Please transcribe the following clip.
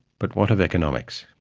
but, what of economics?